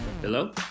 Hello